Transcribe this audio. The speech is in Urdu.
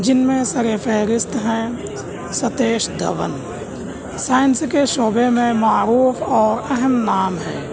جن میں سر فہرست ہیں ستیش دھون سائنس کے شعبے میں معروف اور اہم نام ہیں